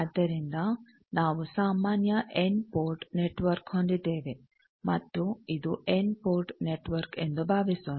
ಆದ್ದರಿಂದ ನಾವು ಸಾಮಾನ್ಯ ಎನ್ ಪೋರ್ಟ್ ನೆಟ್ವರ್ಕ್ ಹೊಂದಿದ್ದೇವೆ ಮತ್ತು ಇದು ಎನ್ ಪೋರ್ಟ್ ನೆಟ್ವರ್ಕ್ ಎಂದು ಭಾವಿಸೋಣ